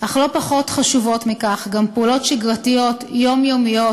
אך לא פחות חשובות מכך גם פעולות שגרתיות יומיומיות: